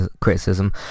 criticism